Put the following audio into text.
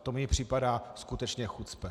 To mně připadá skutečně chucpe.